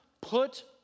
Put